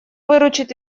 выручит